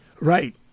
Right